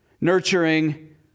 nurturing